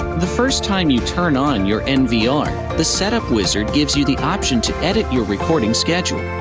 the first time you turn on your nvr, the setup wizard gives you the option to edit your recording schedule.